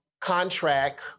contract